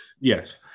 Yes